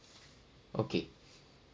okay